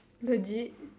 legit